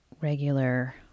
regular